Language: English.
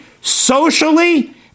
socially